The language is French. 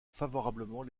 favorablement